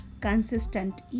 consistent